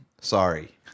sorry